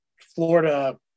Florida